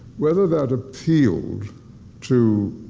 whether that appealed to